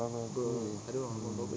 bubble tea hmm